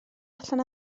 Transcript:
allan